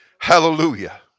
Hallelujah